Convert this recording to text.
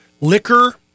liquor